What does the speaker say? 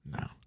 No